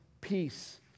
peace